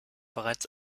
bereits